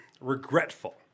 regretful